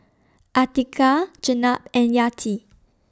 Atiqah Jenab and Yati